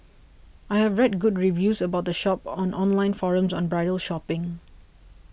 I have read good reviews about the shop on online forums on bridal shopping